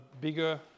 bigger